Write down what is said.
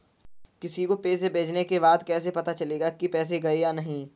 किसी को पैसे भेजने के बाद कैसे पता चलेगा कि पैसे गए या नहीं?